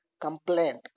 complaint